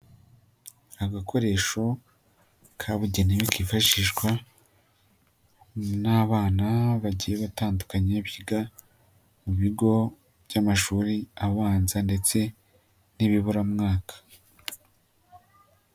Agakoresho kabugenewe kifashishwa n'abana bagiye batandukanye, biga mu bigo by'amashuri abanza ndetse n'ibiburamwaka.